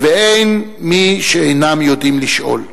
ואין "מי שאינם יודעים לשאול".